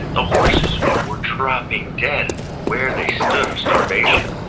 the horses were dropping dead where they stood of starvation.